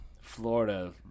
Florida